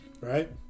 right